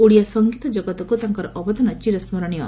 ଓଡ଼ିଆ ସଂଗୀତ ଜଗତକୁ ତାଙ୍କର ଅବଦାନ ଚିରସ୍କରଣୀୟ